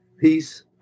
peace